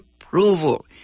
approval